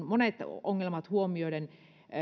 monet ongelmat huomioiden